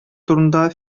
турында